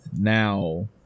Now